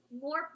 more